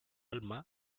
alma